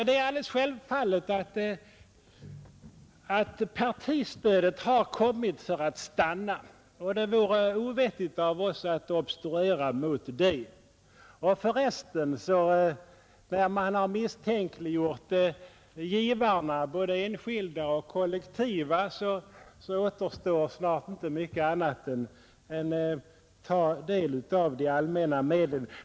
Det är självklart att partistödet har kommit för att stanna. Det vore ovettigt av oss att obstruera mot det. Och när man nu har misstänkliggjort både enskilda och kollektiva givare återstår för resten snart inte mycket annat än att få del av de allmänna medlen.